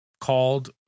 called